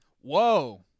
Whoa